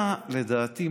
לדעתי,